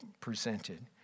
presented